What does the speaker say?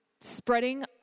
spreading